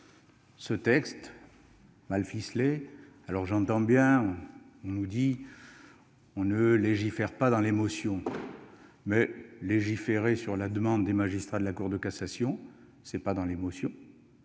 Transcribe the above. ce texte mal ficelé. J'entends bien que l'on ne légifère pas dans l'émotion, mais légiférer sur la demande des magistrats de la Cour de cassation, ce n'est pas légiférer dans l'émotion